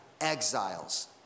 exiles